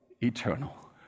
eternal